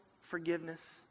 forgiveness